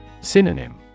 Synonym